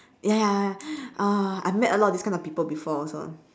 ya ya ya uh I've met a lot of these kind of people before also